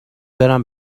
برم